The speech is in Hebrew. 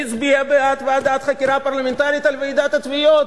והצביע בעד ועדת חקירה פרלמנטרית על ועידת התביעות.